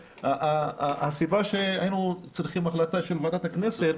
הסיבה שהיינו צריכים החלטה של ועדת הכנסת,